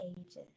ages